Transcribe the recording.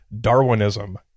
Darwinism